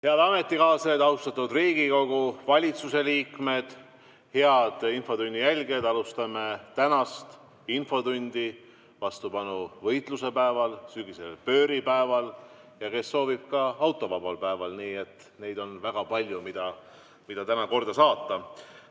Head ametikaaslased, austatud Riigikogu! Valitsuse liikmed! Head infotunni jälgijad! Alustame tänast infotundi vastupanuvõitluse päeval, sügisesel pööripäeval ja kes soovib, siis ka autovabal päeval. Nii et seda on väga palju, mida korda saata